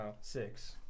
six